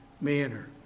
manner